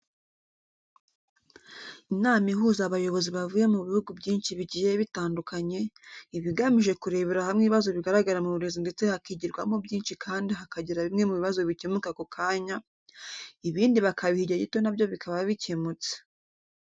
Inama ihuza abayobozi bavuye mu bihugu byinshi bigiye bitandukanye, iba igamije kurebera hamwe ibibazo bigaragara mu burezi ndetse hakigirwamo byinshi kandi hakagira bimwe mu bibazo bikemuka ako kanya, ibindi bakabiha igihe gito na byo bikaba bicyemutse.